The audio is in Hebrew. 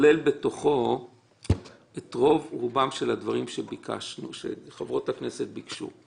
הנוסח כולל בתוכו את רוב הדברים שחברות הכנסת ביקשו.